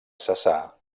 cessar